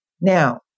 Now